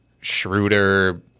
Schroeder –